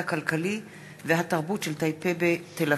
הכלכלי והתרבותי של טייפה בתל-אביב.